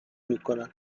میکنن